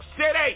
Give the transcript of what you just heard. city